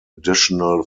additional